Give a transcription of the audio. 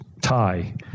tie